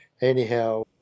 anyhow